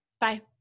Bye